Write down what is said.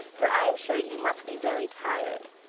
for i am sure you must be very tired